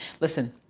Listen